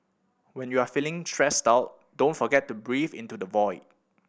when you are feeling stressed out don't forget to breathe into the void